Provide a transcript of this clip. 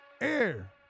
Air